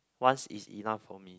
once is enough for me